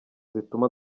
zituma